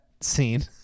scene